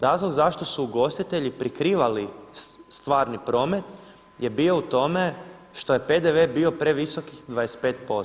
Razlog zašto su ugostitelji prikrivali stvarni promet je bio u tome što je PDV bio previsokih 25%